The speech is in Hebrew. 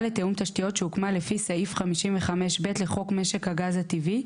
לתיאום תשתיות שהוקמה לפי סעיף 55ב לחוק משק הגז הטבעי,